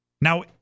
now